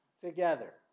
together